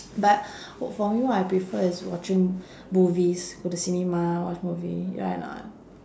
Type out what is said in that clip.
but for me what I prefer is watching movies go to cinema watch movie right or not